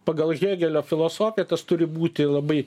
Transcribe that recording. pagal hėgelio filosofiją tas turi būti labai